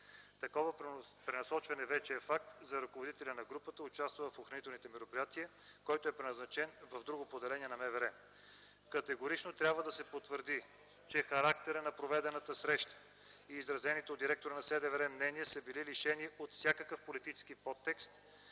Такова пренасочване вече е факт за ръководителя на групата, участвал в охранителните мероприятия, който е преназначен в друго поделение на МВР. Категорично трябва да се потвърди, че характерът на проведената среща и изразените от директора на СДВР мнения са били лишени от всякакъв политически подтекст,